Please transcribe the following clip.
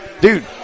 dude